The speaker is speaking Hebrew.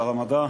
שר המדע,